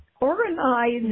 organized